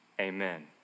amen